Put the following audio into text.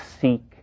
seek